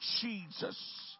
Jesus